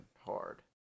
hard